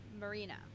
marina